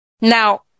Now